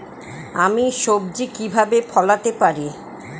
আমি সবজি কিভাবে ফলাতে পারি?